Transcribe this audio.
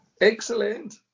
Excellent